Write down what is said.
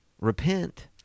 repent